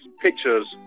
pictures